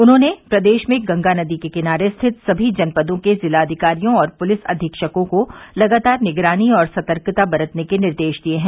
उन्होंने प्रदेश में गंगा नदी के किनारे स्थित सभी जनपदों के जिलाधिकारियों और पुलिस अधीक्षकों को लगातार निगरानी और सतर्कता बरतने के निर्देश दिये हैं